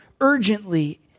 Urgently